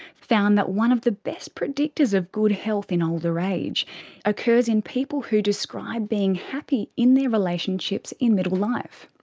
found that one of the best predictors of good health in older age occurs in people who describe being happy in their relationships in middle life.